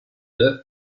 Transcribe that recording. d’œuf